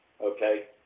Okay